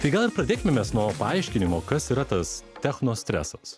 tai gal pradėkime mes nuo paaiškinimo kas yra tas technostresas